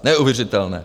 Neuvěřitelné!